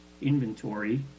inventory